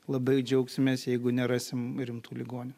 labai džiaugsimės jeigu nerasim rimtų ligonių